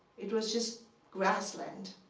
it was just grassland.